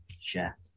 Sure